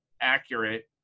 accurate